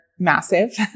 Massive